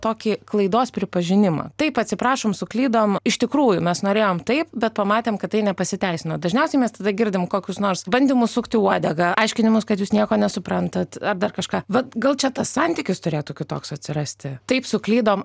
tokį klaidos pripažinimą taip atsiprašom suklydom iš tikrųjų mes norėjom taip bet pamatėm kad tai nepasiteisino dažniausiai mes tada girdim kokius nors bandymus sukti uodegą aiškinimus kad jūs nieko nesuprantat ar dar kažką va gal čia tas santykis turėtų kitoks atsirasti taip suklydom